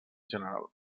general